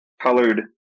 colored